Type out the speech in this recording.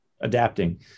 adapting